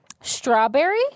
strawberry